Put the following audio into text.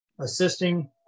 assisting